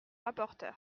rapporteur